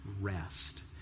rest